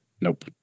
Nope